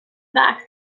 back